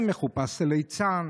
זה מחופש לליצן,